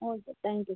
okay thank you